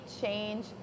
change